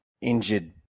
injured